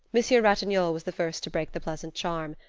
monsieur ratignolle was the first to break the pleasant charm.